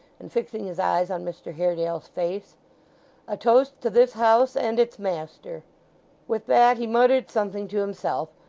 and fixing his eyes on mr haredale's face a toast to this house and its master with that he muttered something to himself,